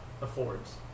affords